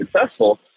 successful